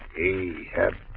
he have